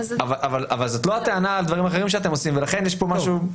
עד מערכת הבחירות הבאה זה דיון שאפשר לקיים אותו פה.